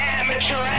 amateur